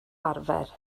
arfer